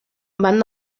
van